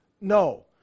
No